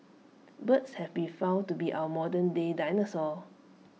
birds have been found to be our modernday dinosaurs